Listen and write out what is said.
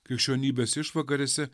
krikščionybės išvakarėse